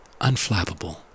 unflappable